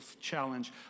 challenge